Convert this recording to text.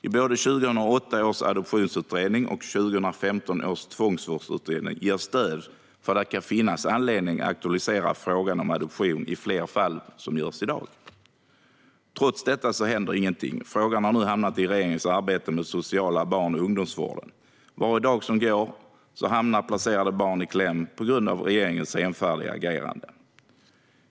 I både 2008 års adoptionsutredning och 2015 års tvångsvårdsutredning ges stöd för att det kan finnas anledning att aktualisera frågan om adoption i fler fall än vad som görs i dag. Trots detta händer ingenting. Frågan har nu hamnat i regeringens arbete med den sociala barn och ungdomsvården. Varje dag som går hamnar placerade barn i kläm på grund av regeringens senfärdiga agerande.